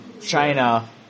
China